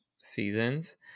seasons